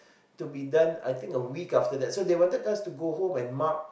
to be done I think a week after that so they wanted us to go home and mark